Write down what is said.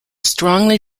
strongly